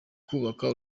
kubaka